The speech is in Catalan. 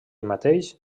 mateix